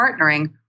partnering